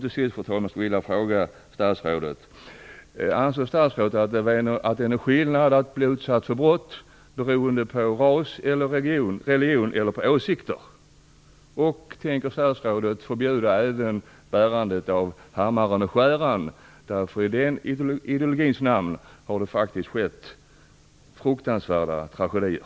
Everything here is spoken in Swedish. Till sist skulle jag vilja fråga statsrådet: Anser statsrådet att det är någon skillnad på att bli utsatt för brott beroende på ras, religion eller åsikter? Tänker statsrådet även förbjuda bärandet av hammaren och skäran? I den ideologins namn har det faktiskt skett fruktansvärda tragedier.